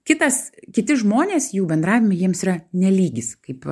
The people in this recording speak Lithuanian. kitas kiti žmonės jų bendravime jiems yra ne lygis kaip